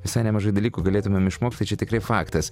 visai nemažai dalykų galėtumėm išmokti čia tikrai faktas